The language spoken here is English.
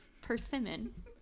Persimmon